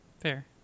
Fair